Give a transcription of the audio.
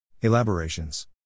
Elaborations